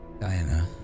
Diana